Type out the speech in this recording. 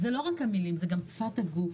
זה לא רק המילים, זה גם שפת הגוף.